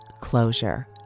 closure